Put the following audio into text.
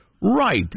Right